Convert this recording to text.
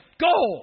go